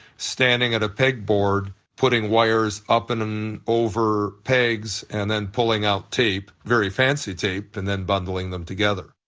standing at a peg board, putting wires up and and over pegs and then pulling out tape, very fancy tape, and then bundling them together.